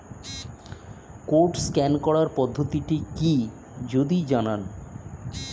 Code scan করার পদ্ধতিটি কি যদি জানান?